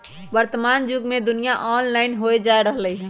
वर्तमान जुग में दुनिया ऑनलाइन होय जा रहल हइ